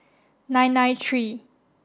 nine nine three